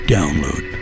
Download